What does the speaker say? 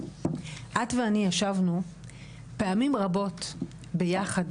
את ואני ישבנו פעמים רבות ביחד,